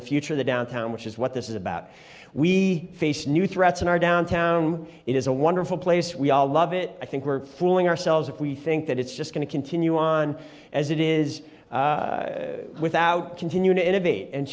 the future the downtown which is what this is about we face new threats in our downtown it is a wonderful place we all love it i think we're fooling ourselves if we think that it's just going to continue on as it is without continue t